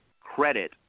credit